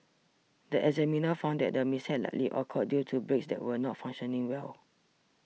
the examiner found that the mishap likely occurred due to brakes that were not functioning well